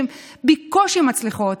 שהן בקושי מצליחות,